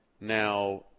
Now